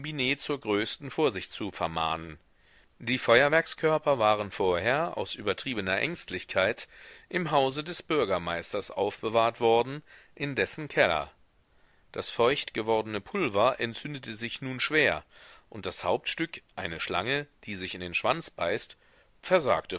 zur größten vorsicht zu vermahnen die feuerwerkskörper waren vorher aus übertriebener ängstlichkeit im hause des bürgermeisters aufbewahrt worden in dessen keller das feucht gewordene pulver entzündete sich nun schwer und das hauptstück eine schlange die sich in den schwanz beißt versagte